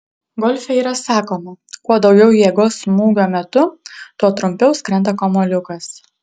golfe yra sakoma kuo daugiau jėgos smūgio metu tuo trumpiau skrenda kamuoliukas